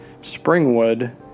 Springwood